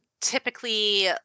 typically